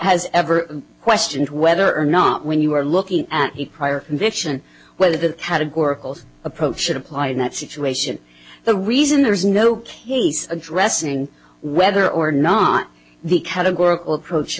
has ever questioned whether or not when you are looking at the prior conviction whether the categorical approach should apply in that situation the reason there is no he's addressing whether or not the categorical approach should